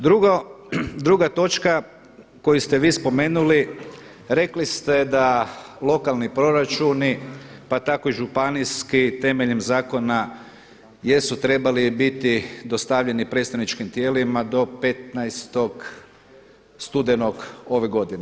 Drugo, druga točka koju ste vi spomenuli rekli ste da lokalni proračuni, pa tako i županijski temeljem zakona jesu trebali biti dostavljeni predstavničkim tijelima do 15. studenog ove godine.